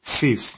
fifth